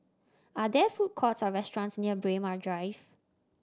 are there food courts or restaurants near Braemar Drive